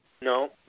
no